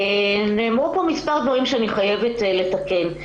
נאמרו פה מספר דברים שאני חייבת לתקן.